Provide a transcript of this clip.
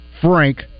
Frank